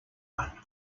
one